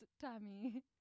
Tammy